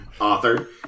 author